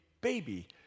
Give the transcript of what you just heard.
baby